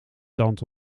tand